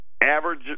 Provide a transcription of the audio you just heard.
Average